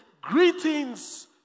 Greetings